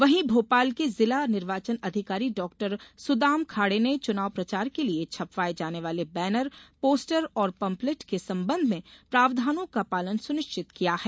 वहीं भोपाल के जिला निर्वाचन अधिकारी डॉक्टर सुदाम खाडे ने चुनाव प्रचार के लिये छपवाये जाने वाले बैनर पोस्टर और पंपलेट के संबंध में प्रावधानों का पालन सुनिश्चित किया है